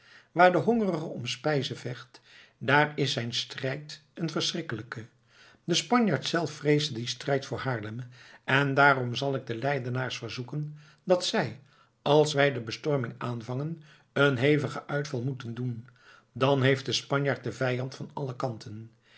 waar de hongerige om spijze vecht daar is zijn strijd een verschrikkelijke de spanjaard zelf vreesde dien strijd voor haarlem en daarom zal ik den leidenaars verzoeken dat zij als wij de bestorming aanvangen eenen hevigen uitval moeten doen dan heeft de spanjaard den vijand van alle kanten